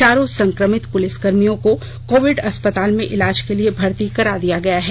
चारों संक्रमित पुलिसकर्मियों को कोविड अस्पताल में इलाज के लिए भर्त्ती करा दिया गया है